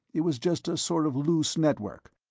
it was just a sort of loose network,